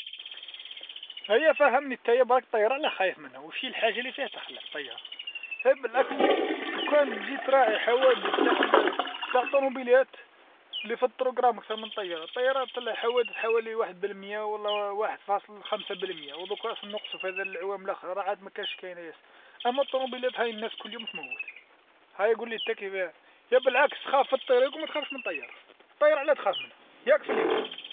هيا فهمني تيا الطيارة علاه خايف منها؟ وشي الحاجة اللي فيها تخلع طيارة؟ فبالعكس لو كان تجي تراعي حوادث تاع ال- تاع الطونوبيلات اللي فالطروق راهم أكثر من الطيارة، الطيارات طلع حوادث حوالي واحد بالمية ولا واحد فاصلة خمسة بالمية، وضوكا نقصو فهاد لعوام لخرا، راه عاد مكاش ياسر، أما طنوبيلات هاي الناس كل يوم تموت، هاي قلي أنت كفاه يا بالعكس خاف في الطريق وما تخافش من الطيارة، الطيارة علاه تخاف منها. ياك في الهوا.